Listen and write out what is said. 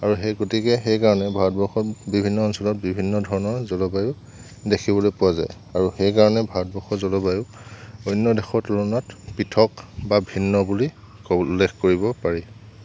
আৰু সেই গতিকে সেই কাৰণে ভাৰতবৰ্ষৰ বিভিন্ন অঞ্চলত বিভিন্ন ধৰণৰ জলবায়ু দেখিবলৈ পোৱা যায় আৰু সেই কাৰণে ভাৰতবৰ্ষৰ জলবায়ু অন্য দেশৰ তুলনাত পৃথক বা ভিন্ন বুলি উল্লেখ কৰিব পাৰি